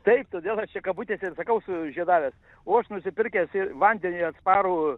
taip todėl aš čia kabutėse ir sakau sužiedavęs o aš nusipirkęs ir vandeniui atsparų